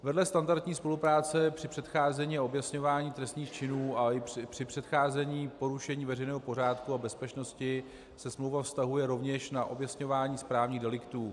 Vedle standardní spolupráce při předcházení a objasňování trestných činů a i při předcházení porušení veřejného pořádku a bezpečnosti se smlouva vztahuje rovněž na objasňování správních deliktů.